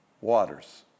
waters